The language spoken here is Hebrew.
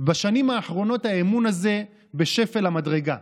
בשנים האחרונות האמון הזה בשפל המדרגה.